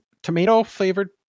Tomato-flavored